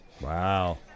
wow